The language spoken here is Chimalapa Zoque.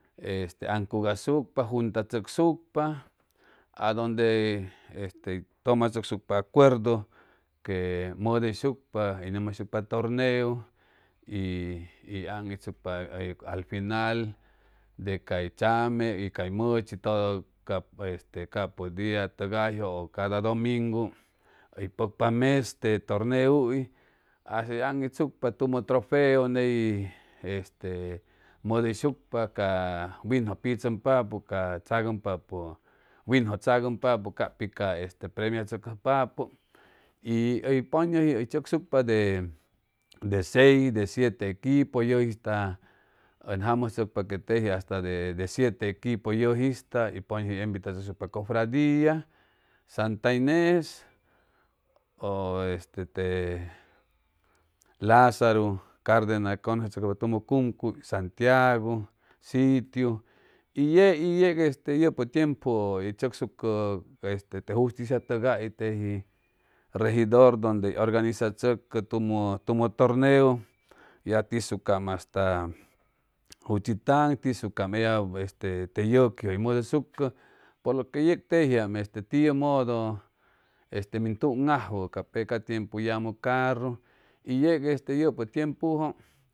Este anguagasucepa juhta tsuescupa a donde este tomatsuescupa acuerdo que modelshucpa que gomajatsucpa turge y el angitsucpa al fingl de cay chame y cay muchi todo cab capi dia tuguyu cada domingo el popa mes te torquel s a tor angitsucpa lumo ltopeu ney y este modelshucpa ca tsagumpapu winju tsogumpapa copo ca este premialtsocjapap y uy pay guyi by tsuescupa de seis de siete equipo jusita oy jamotsucpa que leyi asta de siete equipo yujista y pet neublatsocupa efrudal baota inges este lonzor cardenags congestsucpa tomo cumcu sangiagu sillu y leyi ece jopo tiempü tsuescupa este te justicia tugay is teji rejdor dogde orgasisatsucpa lumo torget ya tisucam asla juchitor por lo que yec teji tuguyü by modelshuc por lo que yec peju tiempo jamo carru y jec jopo tiempü.